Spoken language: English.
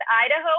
Idaho